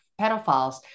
pedophiles